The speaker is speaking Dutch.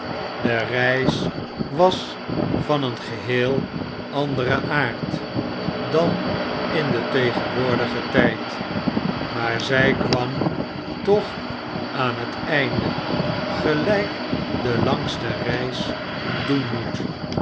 de reis was van een geheel anderen aard dan in den tegenwoordigen tijd maar zij kwam toch aan een einde gelijk de langste reis doen moet